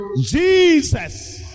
Jesus